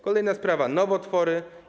Kolejna sprawa to nowotwory.